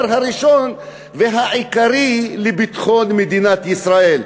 הראשון והעיקרי לביטחון מדינת ישראל.